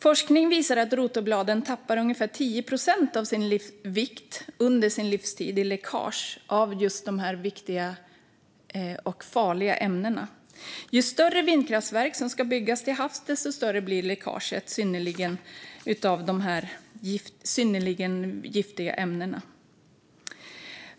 Forskning visar att rotorbladen tappar ungefär 10 procent av sin vikt under sin livstid i läckage av just de här viktiga och farliga ämnena. Ju större vindkraftverk som ska byggas till havs, desto större blir läckaget av dessa synnerligen giftiga ämnen.